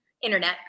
internet